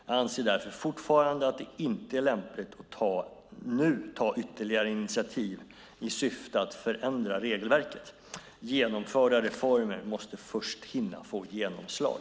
Jag anser därför fortfarande att det inte är lämpligt att nu ta ytterligare initiativ i syfte att förändra regelverket. Genomförda reformer måste först hinna få genomslag.